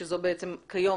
שכיום,